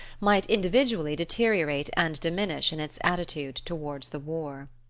might individually deteriorate and diminish in its attitude toward the war.